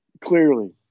Clearly